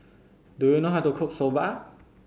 do you know how to cook Soba